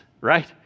right